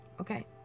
Okay